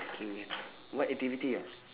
what activity ah